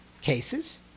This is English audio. cases